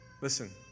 listen